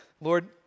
Lord